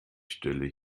stelle